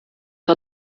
war